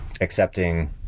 accepting